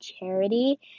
charity